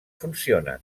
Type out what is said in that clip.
funcionen